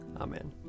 Amen